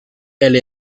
elle